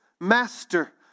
Master